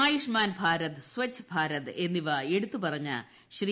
ആയുഷ്മാൻ ഭാരത് സച്ഛ് ഭാരത് എന്നിവ എടുത്തുപറഞ്ഞ ശ്രീ